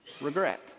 regret